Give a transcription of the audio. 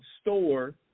store